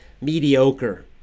Mediocre